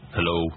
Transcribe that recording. Hello